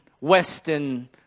Western